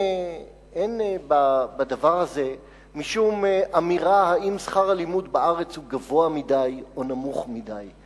אין בדבר הזה משום אמירה אם שכר הלימוד בארץ הוא גבוה מדי או נמוך מדי.